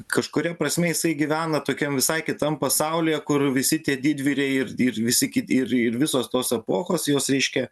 kažkuria prasme jisai gyvena tokiam visai kitam pasaulyje kur visi tie didvyriai ir ir visi kiti ir ir visos tos epochos jos reiškia